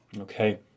okay